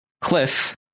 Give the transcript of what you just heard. Cliff